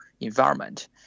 environment